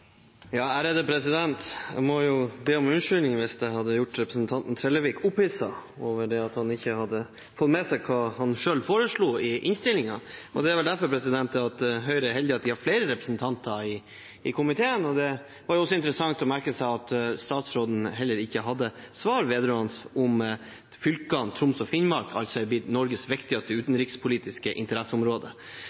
Jeg må be om unnskyldning hvis jeg har gjort representanten Trellevik opphisset over at han ikke hadde fått med seg hva han selv foreslo i innstillingen. Det er derfor heldig at Høyre har flere representanter i komiteen. Det var også interessant å merke seg at statsråden heller ikke hadde noe svar på om fylkene Troms og Finnmark er blitt Norges viktigste utenrikspolitiske interesseområde.